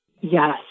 Yes